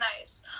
nice